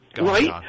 right